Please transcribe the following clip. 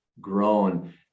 grown